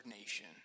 nation